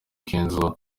kenzo